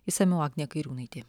išsamiau agnė kairiūnaitė